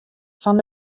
fan